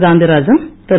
Gandhirajan Thiru